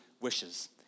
wishes